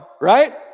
right